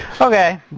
Okay